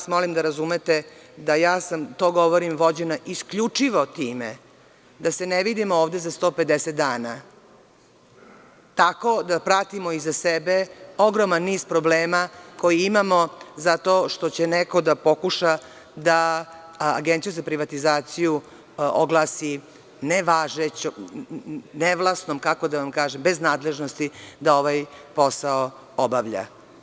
Molim vas da razumete da to govorim vođena isključivo time da se ne vidimo ovde za 150 dana, tako da pratimo iza sebe ogroman niz problema koje imamo, zato što će neko da pokuša da Agenciju za privatizaciju oglasi nevažećom, nevlasnom, kako da kažem, bez nadležnosti da ovaj posao obavlja.